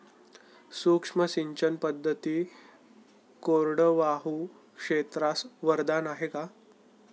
सूक्ष्म सिंचन पद्धती कोरडवाहू क्षेत्रास वरदान आहे का?